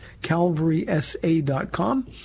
calvarysa.com